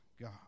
God